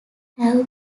have